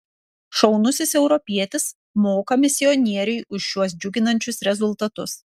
šaunusis europietis moka misionieriui už šiuos džiuginančius rezultatus